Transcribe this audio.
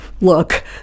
look